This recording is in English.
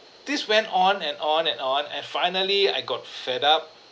this went on and on and on and finally I got fed up